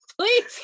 please